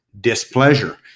displeasure